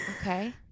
Okay